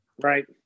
Right